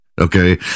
okay